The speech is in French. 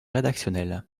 rédactionnel